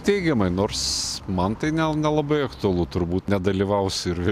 teigiamai nors man tai ne nelabai aktualu turbūt nedalyvausiu ir